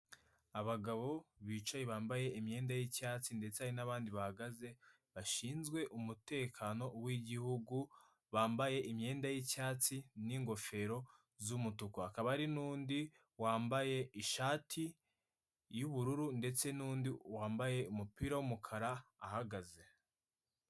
Abagabo bicaye bambaye imyenda y'icyatsi ndetse hari n'abandi bahagaze bashinzwe umutekano w'igihugu bambaye imyenda y'icyatsi n'ingofero z'umutuku, hakaba hari nundi wambaye ishati y'ubururu ndetse nundi wambaye umupira w'umukara ahagaze.